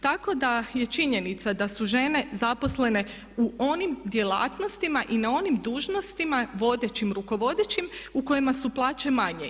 Tako da je činjenica da su žene zaposlene u onim djelatnostima i na onim dužnostima vodećim i rukovodećim u kojima su plaće manje.